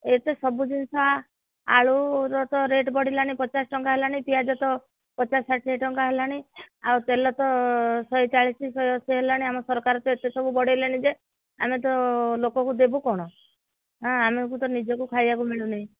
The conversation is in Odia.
ଏତେ ସବୁ ଜିନିଷ ଆଳୁର ତ ରେଟ୍ ବଢ଼ିଲାଣି ପଚାଶଟଙ୍କା ହେଲାଣି ପିଆଜ ତ ପଚାଶ ଷାଠିଏଟଙ୍କା ହେଲାଣି ଆଉ ତେଲ ତ ଶହେ ଚାଳିଶି ଶହେ ଅଶି ହେଲାଣି ଆମ ସରକାର ତ ଏତେ ସବୁ ବଢ଼େଇଲେଣି ଯେ ଆମେ ତ ଲୋକକୁ ଦେବୁ କ'ଣ ଆମକୁ ତ ନିଜକୁ ଖାଇବାକୁ ମିଳୁନି